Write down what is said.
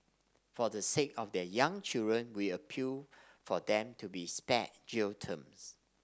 for the sake of their young children we appeal for them to be spared jail terms